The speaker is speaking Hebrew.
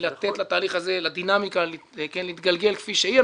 לתת לדינמיקה להתגלגל כפי שהיא.